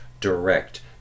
direct